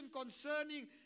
concerning